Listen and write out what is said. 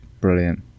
Brilliant